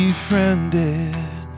Befriended